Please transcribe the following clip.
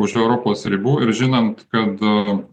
už europos ribų ir žinant kad